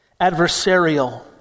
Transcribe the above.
Adversarial